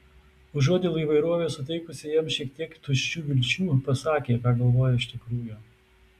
užuot dėl įvairovės suteikusi jam šiek tiek tuščių vilčių pasakė ką galvoja iš tikrųjų